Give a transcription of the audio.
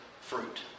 fruit